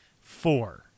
Four